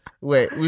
Wait